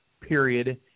period